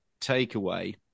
takeaway